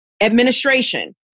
administration